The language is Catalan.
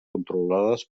controlades